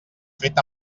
fet